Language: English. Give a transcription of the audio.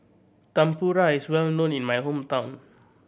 tempura is well known in my hometown